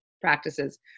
practices